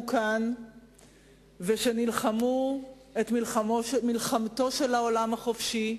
כאן ונלחמו את מלחמתו של העולם החופשי,